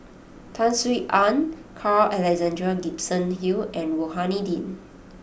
Tan Sin Aun Carl Alexander Gibson Hill and Rohani Din